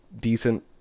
decent